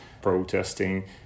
protesting